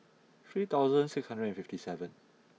three thousand six hundred and fifty seven